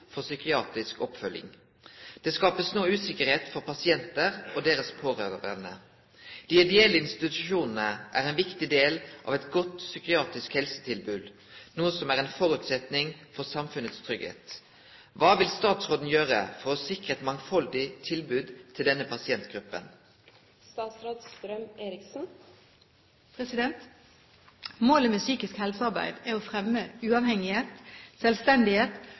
for psykiatrisk oppfølging. Det skapes nå usikkerhet for pasienter og deres pårørende. De ideelle institusjonene er en viktig del av et godt psykiatrisk helsetilbud, noe som er en forutsetning for samfunnets trygghet. Hva vil statsråden gjøre for å sikre et mangfoldig tilbud til denne pasientgruppen?» Målet med psykisk helsearbeid er å fremme uavhengighet, selvstendighet